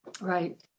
Right